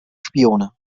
spione